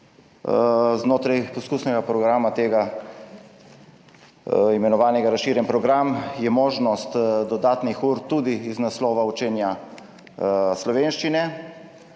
znotraj poskusnega programa tega, imenovanega razširjen program, je možnost dodatnih ur tudi iz naslova učenja slovenščine.